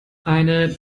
eine